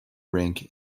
rink